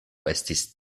estis